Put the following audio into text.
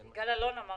יגאל אלון אמר